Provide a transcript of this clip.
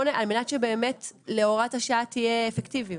על מנת שבאמת להוראת השעה תהיה אפקטיביות.